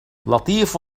لطيف